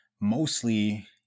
mostly